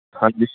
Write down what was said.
ਹਾਂਜੀ